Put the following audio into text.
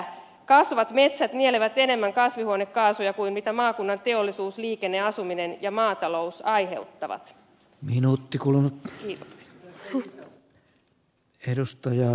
kasvavat metsät nielevät enemmän kasvihuonekaasuja kuin maakunnan teollisuus liikenne asuminen ja maatalous aiheuttavat minuutti kulunut kilta ryn edustaja